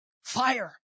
Fire